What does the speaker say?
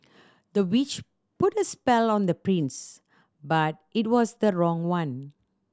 the witch put a spell on the prince but it was the wrong one